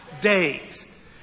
days